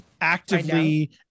actively